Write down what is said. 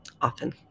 often